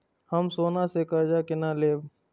हम सोना से कर्जा केना लैब?